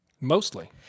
Mostly